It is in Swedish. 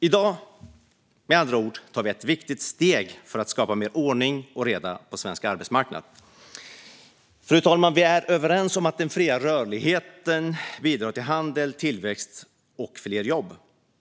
I dag tar vi, med andra ord, ett viktigt steg för att skapa mer ordning och reda på svensk arbetsmarknad. Fru talman! Vi är överens om att den fria rörligheten bidrar till handel, tillväxt och fler jobb.